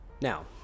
Now